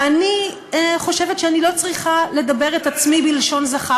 ואני חושבת שאני לא צריכה לדבר את עצמי בלשון זכר.